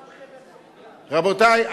רבותי,